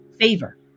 favor